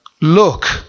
Look